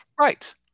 right